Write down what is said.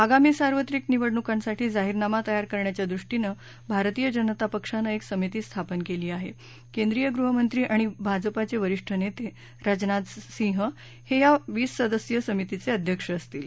आगामी सार्वत्रिक निवडणुकांसाठी जाहीरनामा तयार करण्याच्या दृष्टीनं भारतीय जनता पक्षानं एक समिती स्थापन केली आहे केंद्रीय गृहमंत्री आणि भाजपाचे वरिष्ठ नेते राजनाथ सिंह हे या वीस सदस्यीय समितीचे अध्यक्ष असतील